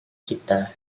kita